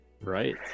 Right